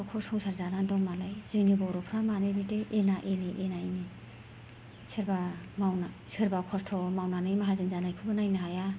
न'खरखौ संसार जानानै दं मालाय जोंनि बर'फ्रा मानो बिदि एना एनि एना एनि सोरबा मावनानै सोरबा खस्थ' मावनानै माहाजोन जानायखौबो मावनो हाया